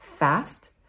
fast